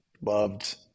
loved